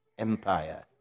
empire